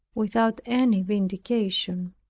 without any vindication.